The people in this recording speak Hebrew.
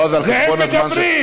לא, זה על חשבון הזמן שלך.